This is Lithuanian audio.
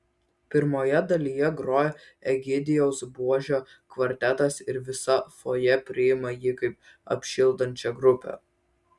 pirmoje dalyje groja egidijaus buožio kvartetas ir visa fojė priima jį kaip apšildančią grupę